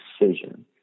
decision